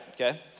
okay